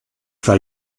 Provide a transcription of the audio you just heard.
fra